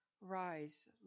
Rise